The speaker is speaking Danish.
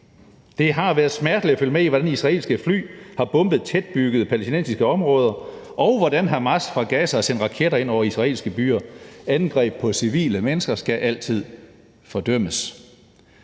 Det har været smerteligt at følge med i, hvordan israelske fly har bombet tætbebyggede palæstinensiske områder, og hvordan Hamas fra Gaza har sendt raketter ind over israelske byer. Angreb på civile mennesker skal altid fordømmes.